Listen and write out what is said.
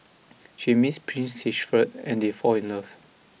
she meets Prince Siegfried and they fall in love